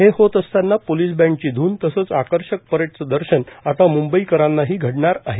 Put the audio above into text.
हे होत असतानाचे पोलीस बँडची धून तसेच आकर्षक परेडचे दर्शन आता म्ंबईकरांनाही घडणार आहे